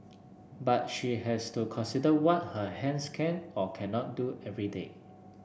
but she has to consider what her hands can or cannot do every day